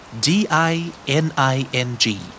D-I-N-I-N-G